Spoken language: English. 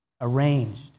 arranged